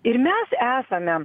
ir mes esame